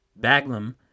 Baglam